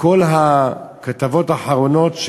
כל הכתבות האחרונות,